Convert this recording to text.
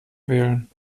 wählen